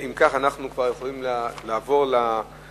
לפני שבוע הוחל איסור מעבר במעבר